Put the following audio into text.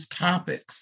topics